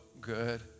good